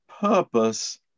purpose